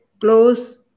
close